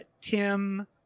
tim